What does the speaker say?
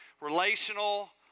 Relational